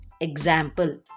example